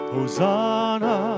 Hosanna